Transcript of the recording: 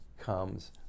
comes